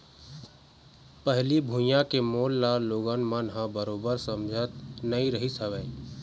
पहिली भुइयां के मोल ल लोगन मन ह बरोबर समझत नइ रहिस हवय